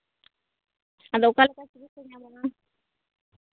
ᱟᱫᱚ ᱚᱠᱟ ᱞᱮᱠᱟ ᱪᱤᱠᱤᱛᱥᱟ ᱧᱟᱢᱚᱜᱼᱟ